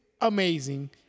amazing